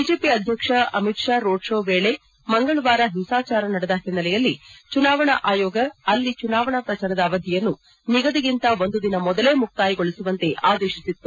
BJP ಅಧ್ಯಕ್ಷ Amit Shah road show ವೇಳೆ ಮಂಗಳವಾರ ಹಿಂಸಾಚಾರ ನಡೆದ ಹಿನ್ನೆಲೆಯಲ್ಲಿ ಚುನಾವಣಾ ಆಯೋಗ ಅಲ್ಲಿ ಚುನಾವಣಾ ಪ್ರಜಾರದ ಅವಧಿಯನ್ನು ನಿಗದಿಗಿಂತ ಒಂದು ದಿನ ಮೊದಲೇ ಮುಕ್ತಾಯಗೊಳಿಸುವಂತೆ ಆದೇಶಿಸಿತ್ತು